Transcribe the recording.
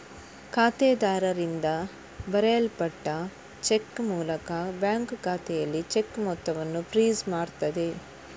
ಖಾತೆದಾರರಿಂದ ಬರೆಯಲ್ಪಟ್ಟ ಚೆಕ್ ಮೂಲಕ ಬ್ಯಾಂಕು ಖಾತೆಯಲ್ಲಿ ಚೆಕ್ ಮೊತ್ತವನ್ನ ಫ್ರೀಜ್ ಮಾಡ್ತದೆ